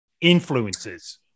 influences